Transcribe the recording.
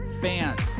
fans